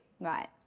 Right